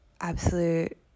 absolute